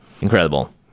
incredible